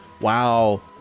Wow